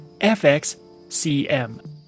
FXCM